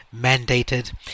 mandated